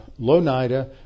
LONIDA